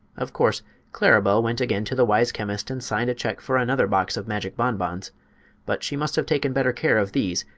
of course claribel went again to the wise chemist and signed a check for another box of magic bonbons but she must have taken better care of these,